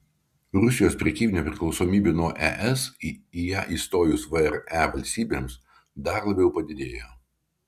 rusijos prekybinė priklausomybė nuo es į ją įstojus vre valstybėms dar labiau padidėjo